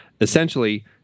essentially